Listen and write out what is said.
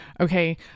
Okay